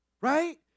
right